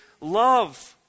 love